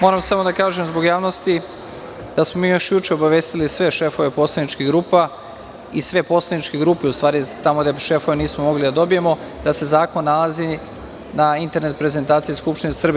Moram samo da kažem zbog javnosti da smo mi još juče obavestili sve šefove poslaničkih grupa i sve poslaničke grupe, u stvari, tamo šefove nismo mogli da dobijemo, da se zakon nalazi na internet prezentaciji Skupštine Srbije.